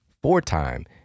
four-time